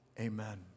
Amen